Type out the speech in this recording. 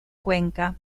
cuenca